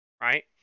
Right